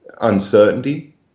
uncertainty